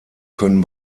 können